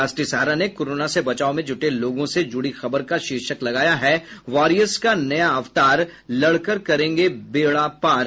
राष्ट्रीय सहारा ने कोरोना से बचाव में जुटे लोगों से जुड़ी खबर का शीर्षक लगाया है वॉरियर्स का नया अवतार लड़कर करेंगे बेड़ा पार